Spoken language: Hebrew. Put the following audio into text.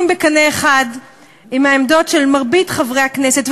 בקנה אחד עם העמדות של מרבית חברי הכנסת,